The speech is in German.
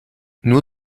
nur